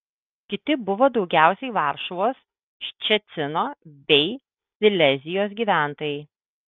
kiti buvo daugiausiai varšuvos ščecino bei silezijos gyventojai